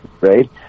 right